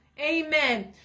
amen